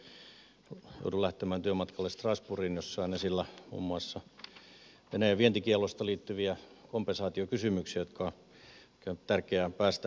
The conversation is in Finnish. joudun lähtemään työmatkalle strasbourgiin missä on esillä muun muassa venäjän vientikieltoon liittyviä kompensaatiokysymyksiä jotka on tärkeää päästä hoitamaan